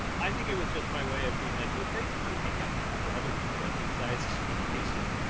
i think it was just my way of being like, hey, trace, we should hang out and talk to other people that do science communication.